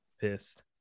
pissed